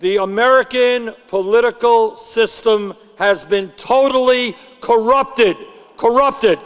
the american political system has been totally corrupted corrupted